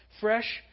fresh